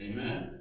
Amen